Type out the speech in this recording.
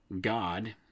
God